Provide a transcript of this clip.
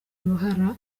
uruhara